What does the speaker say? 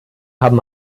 haben